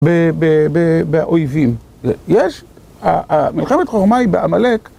באויבים. יש? מלחמת חורמה היא בעמלק